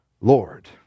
Lord